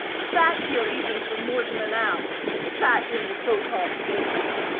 sat here even for more than an hour? sat in the so-called day room?